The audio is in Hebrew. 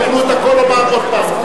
תוכלו לומר את הכול עוד פעם.